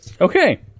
Okay